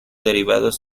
derivados